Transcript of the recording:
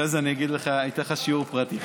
אחרי זה אני אתן לך שיעור פרטי.